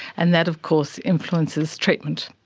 and that of course influences treatment.